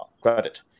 credit